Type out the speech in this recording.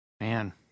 Man